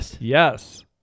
yes